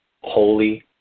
holy